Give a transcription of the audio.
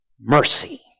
mercy